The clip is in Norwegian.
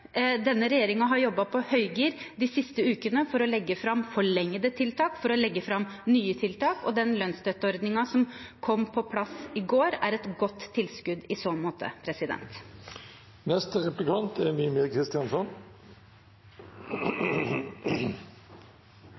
Denne regjeringen har jobbet på høygir de siste ukene for å legge fram forlengete tiltak, for å legge fram nye tiltak, og den lønnsstøtteordningen som kom på plass i går, er et godt tilskudd i så måte.